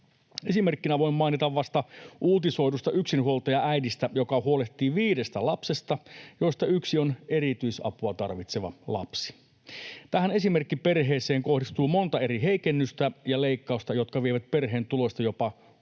Esimerkkinä voin mainita vasta uutisoidun yksinhuoltajaäidin, joka huolehtii viidestä lapsesta, joista yksi on erityisapua tarvitseva lapsi. Tähän esimerkkiperheeseen kohdistuu monta eri heikennystä ja leikkausta, jotka vievät perheen tuloista jopa 600